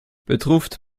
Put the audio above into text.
bedroefd